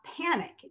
panic